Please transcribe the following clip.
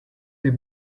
the